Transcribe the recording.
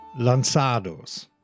Lanzados